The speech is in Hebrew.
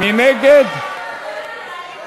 מי נגד ההסתייגויות?